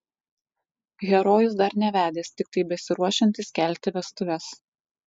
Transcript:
herojus dar nevedęs tiktai besiruošiantis kelti vestuves